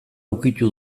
ukitu